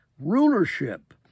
rulership